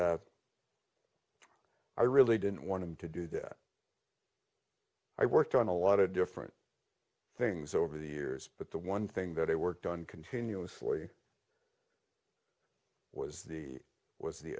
i really didn't want him to do that i worked on a lot of different things over the years but the one thing that i worked on continuously was the was the